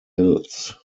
hills